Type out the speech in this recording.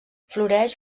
floreix